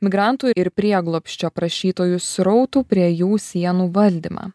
migrantų ir prieglobsčio prašytojų srautų prie jų sienų valdymą